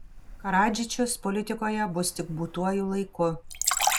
karadžičius politikoje bus tik būtuoju laiku